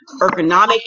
ergonomic